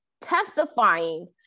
testifying